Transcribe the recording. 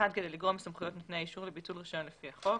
כדי לגרוע מסמכויות נותני האישור לביטול רישיון לפי החוק.